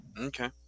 okay